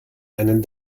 einen